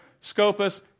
Scopus